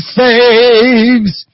saves